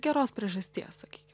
geros priežasties sakyki